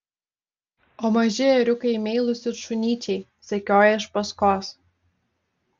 o maži ėriukai meilūs it šunyčiai sekioja iš paskos